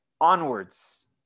Onwards